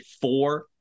four